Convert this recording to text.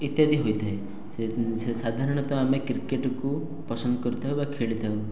ଇତ୍ୟାଦି ହୋଇଥାଏ ସେ ସାଧାରଣତଃ ଆମେ କ୍ରିକେଟକୁ ପସନ୍ଦ କରିଥାଉ ବା ଖେଳିଥାଉ